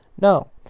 No